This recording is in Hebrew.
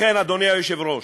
לכן, אדוני היושב-ראש,